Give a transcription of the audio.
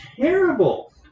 terrible